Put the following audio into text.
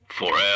forever